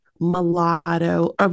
mulatto